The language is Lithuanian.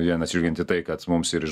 vienas iš ginti tai kad mums ir iš